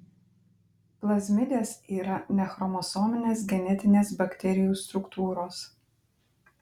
plazmidės yra nechromosominės genetinės bakterijų struktūros